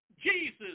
Jesus